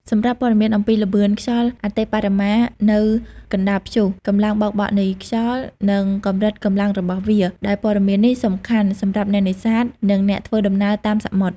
សម្រាប់ព័ត៌មានអំពីល្បឿនខ្យល់អតិបរមានៅកណ្តាលព្យុះ កម្លាំងបោកបក់នៃខ្យល់ និងកម្រិតកម្លាំងរបស់វា ដែលព័ត៌មាននេះសំខាន់សម្រាប់អ្នកនេសាទ និងអ្នកធ្វើដំណើរតាមសមុទ្រ។